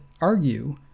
argue